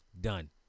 Done